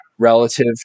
relative